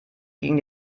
gegen